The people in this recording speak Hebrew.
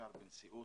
שאושר בנשיאות.